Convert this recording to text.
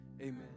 amen